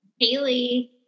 Haley